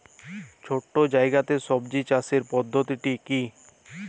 ছোট্ট জায়গাতে সবজি চাষের পদ্ধতিটি কী?